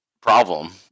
problem